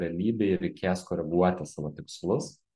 realybėj reikės koreguoti savo tikslus